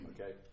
Okay